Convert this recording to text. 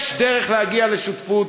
יש דרך להגיע לשותפות,